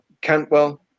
Cantwell